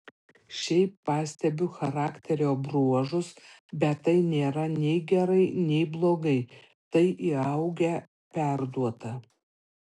šiaip pastebiu charakterio bruožus bet tai nėra nei gerai nei blogai tai įaugę perduota